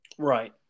Right